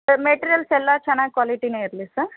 sir materials ಎಲ್ಲ ಚೆನ್ನಾಗಿ ಕ್ವಾಲಿಟಿನೆ ಇರಲಿ ಸರ್